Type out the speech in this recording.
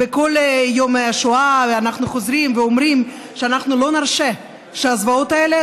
בכל יום השואה אנחנו חוזרים ואומרים שאנחנו לא נרשה שהזוועות האלה,